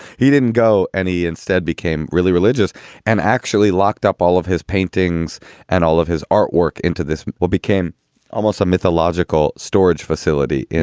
he didn't go any. instead became really religious and actually locked up. all of his paintings and all of his artwork into this wheel became almost a mythological storage facility. and